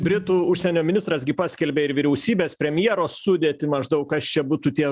britų užsienio ministras gi paskelbė ir vyriausybės premjero sudėtį maždaug kas čia būtų tie